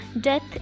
Death